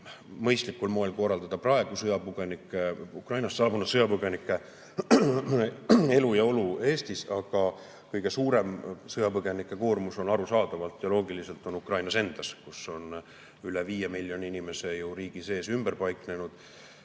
loomulikult korraldada mõistlikul moel Ukrainast saabunud sõjapõgenike eluolu Eestis, aga kõige suurem sõjapõgenike koormus on arusaadavalt ja loogiliselt Ukrainas endas, kus on üle 5 miljoni inimese riigi sees ümber paiknenud.